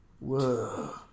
Whoa